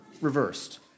reversed